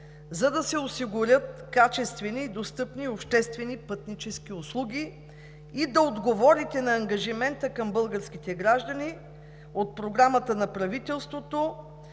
за да се осигурят качествени и достъпни обществени пътнически услуги и да отговорите на ангажимента към българските граждани от Програмата на правителството